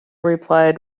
replied